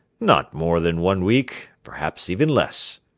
not more than one week, perhaps even less,